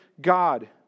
God